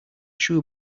shoe